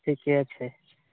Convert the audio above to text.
ठिके छै